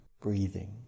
breathing